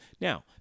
Now